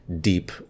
deep